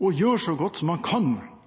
å gjøre så godt man kan for å hjelpe den enkelte. Vi kan